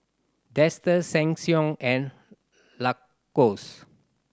Dester Sheng Siong and Lacoste